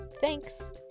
Thanks